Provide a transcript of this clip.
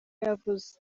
yavuze